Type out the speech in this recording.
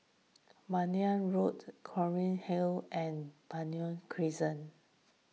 Minden Road Clunny Hill and Benoi Crescent